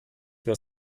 für